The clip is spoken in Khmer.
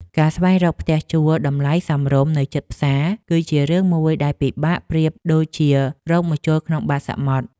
ការស្វែងរកផ្ទះជួលតម្លៃសមរម្យនៅជិតផ្សារ គឺជារឿងមួយដែលពិបាកប្រៀបដូចជារកម្ជុលក្នុងបាតសមុទ្រ។